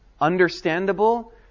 understandable